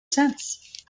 since